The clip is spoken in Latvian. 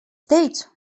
teicu